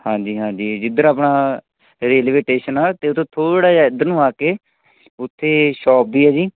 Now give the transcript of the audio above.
ਹਾਂਜੀ ਹਾਂਜੀ ਜਿੱਧਰ ਆਪਣਾ ਰੇਲਵੇ ਸਟੇਸ਼ਨ ਆ ਅਤੇ ਉਹ ਤੋਂ ਥੋੜ੍ਹਾ ਜਿਹਾ ਇੱਧਰ ਨੂੰ ਆ ਕੇ ਉੱਥੇ ਸ਼ੋਪ ਵੀ ਹੈ ਜੀ